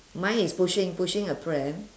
mine is pushing pushing a pram